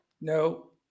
No